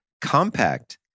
compact